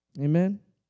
Amen